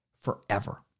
forever